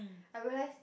I realised